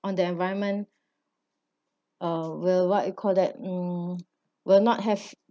on the environment uh were what you call that hmm will not have